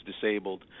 disabled